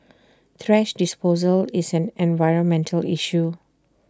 thrash disposal is an environmental issue